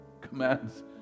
commands